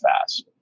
fast